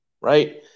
right